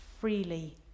freely